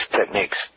techniques